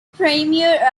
premier